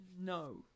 No